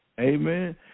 Amen